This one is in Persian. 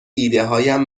ایدههایم